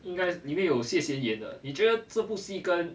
应该里面有谢贤演的你觉得这部戏跟